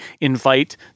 invite